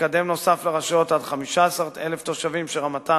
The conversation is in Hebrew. ומקדם נוסף לרשויות עד 15,000 תושבים שרמתן